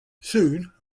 soon